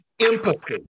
empathy